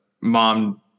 mom